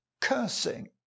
cursing